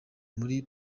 muri